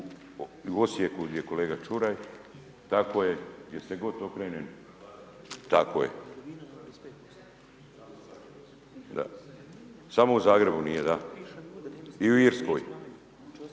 u Osijeku, gdje je kolega Ćuraj, tako je gdje se god okrenem, tako je. Samo u Zagrebu nije, da. I u Irskoj.